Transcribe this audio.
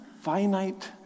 finite